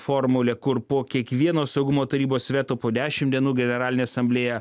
formulė kur po kiekvieno saugumo tarybos veto po dešim dienų generalinė asamblėja